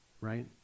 Right